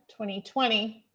2020